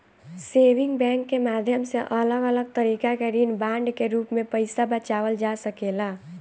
saving bank के माध्यम से अलग अलग तरीका के ऋण बांड के रूप में पईसा बचावल जा सकेला